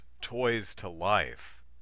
Toys-to-Life